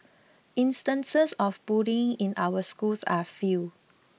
instances of bullying in our schools are few